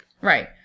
Right